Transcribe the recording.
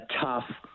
tough